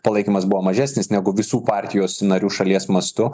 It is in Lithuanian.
palaikymas buvo mažesnis negu visų partijos narių šalies mastu